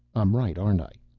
i'm right aren't i?